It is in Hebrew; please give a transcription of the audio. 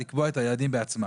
לקבוע את היעדים בעצמה.